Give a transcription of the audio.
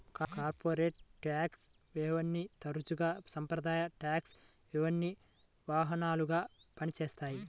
corporate tax హెవెన్ని తరచుగా సాంప్రదాయ ట్యేక్స్ హెవెన్కి వాహనాలుగా పనిచేస్తాయి